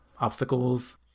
obstacles